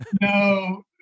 No